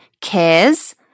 cares